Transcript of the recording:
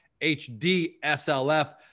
HDSLF